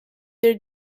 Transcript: their